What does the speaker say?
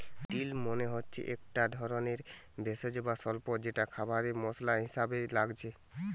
deal মানে হচ্ছে একটা ধরণের ভেষজ বা স্বল্প যেটা খাবারে মসলা হিসাবে লাগছে